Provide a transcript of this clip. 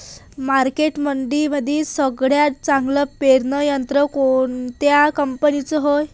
मार्केटमंदी सगळ्यात चांगलं पेरणी यंत्र कोनत्या कंपनीचं हाये?